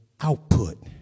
output